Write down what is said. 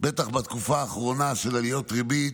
בטח בתקופה האחרונה, של עליות ריבית.